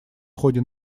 ходе